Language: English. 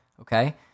Okay